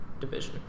division